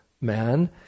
man